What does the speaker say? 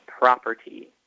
property